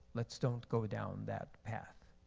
let's don't go down that path.